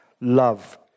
love